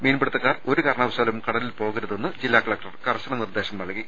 മീൻപിടുത്തക്കാർ ഒരു കാരണവശാലും കടലിൽ പോകരുതെന്ന് ജില്ലാകലക്ടർ കർശന നിർദ്ദേശം നല്കി